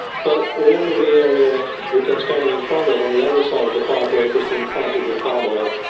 but all of the area which i'm standing in front of on the other side of the firebreak has been planted with palm oil.